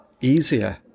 easier